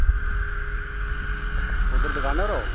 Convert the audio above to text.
कुद्धर दकान उप्पर ओ